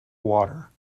water